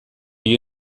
you